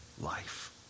life